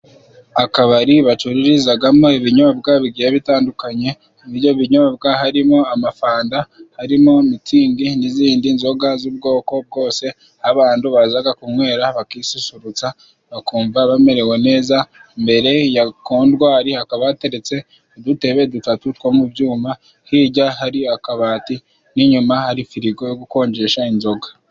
Akabari bacururizagamo ibinyobwa bigiye bitandukanye, ibyo binyobwa harimo amafanta, harimo mitsingi n'izindi nzoga z'ubwoko bwose abantu bazaga kunywera bakisusurutsa, bakumva bamerewe neza. Mbere ya kontwari hakaba hateretse udutebe dutatu two mu byuma, hirya hari akabati n'inyuma hari firigo yo gukonjesha inzoga.